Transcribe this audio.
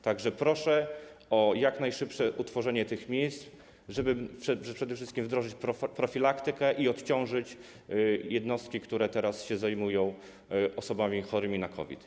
Tak że proszę o jak najszybsze utworzenie tych miejsc, żeby przede wszystkim wdrożyć profilaktykę i odciążyć jednostki, które teraz zajmują się osobami chorymi na COVID.